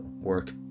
work